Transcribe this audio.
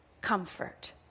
comfort